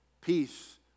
Peace